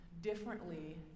differently